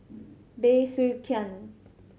Bey Soo Khiang